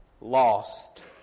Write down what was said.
lost